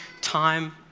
time